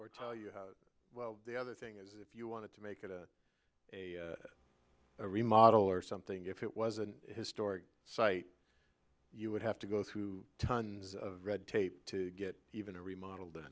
or tell you how well the other thing is if you want to make it a remodel or something if it was an historic site you would have to go through tons of red tape to get even a remodeled